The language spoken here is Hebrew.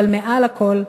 אבל מעל לכול,